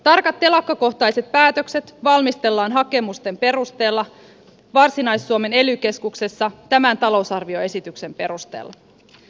tarkat telakkakohtaiset päätökset valmistellaan hakemusten perusteella varsinais suomen ely keskuksessa tämän talousarvioesityksen perusteella